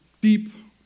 deep